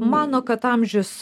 mano kad amžius